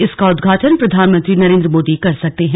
इसका उदघाटन प्रधानमंत्री नरेन्द्र मोदी कर सकते हैं